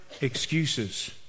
excuses